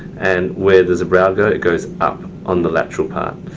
and where does a brow go? it goes up on the lateral part.